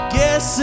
Guess